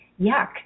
yuck